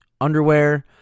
underwear